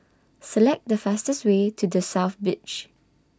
Select The fastest Way to The South Beach